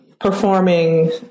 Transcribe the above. performing